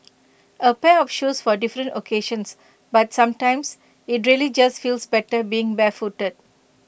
A pair of shoes for different occasions but sometimes IT really just feels better being barefooted